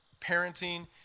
parenting